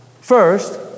First